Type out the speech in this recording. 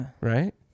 Right